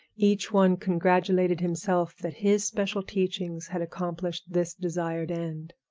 each one congratulated himself that his special teachings had accomplished this desired end.